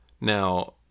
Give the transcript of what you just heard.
Now